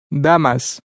Damas